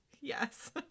Yes